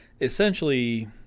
essentially